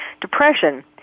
depression